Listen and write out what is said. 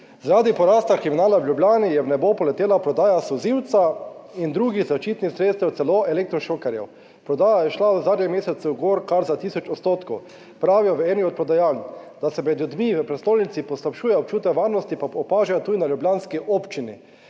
Zaradi porasta kriminala v Ljubljani je v nebo poletela prodaja solzivca in drugih zaščitnih sredstev, celo elektro šokerjev. Prodaja je šla v zadnjem mesecu gor kar za tisoč odstotkov, pravijo v eni od prodajaln; Da se med ljudmi v prestolnici poslabšuje občutek varnosti, pa opažajo tudi na ljubljanski občini.